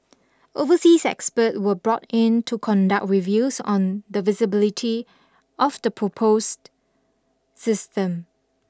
overseas experts were brought in to conduct reviews on the feasibility of the proposed system